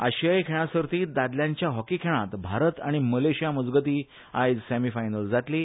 आशियाई खेळा सर्तीत दादल्यांच्या हॉकी खेळात भारत आनी मलेशिया मजगती सेमीफायनल जातली